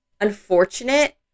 unfortunate